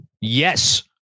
yes